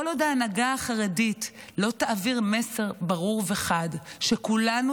כל עוד ההנהגה החרדית לא תעביר מסר ברור וחד שכולנו,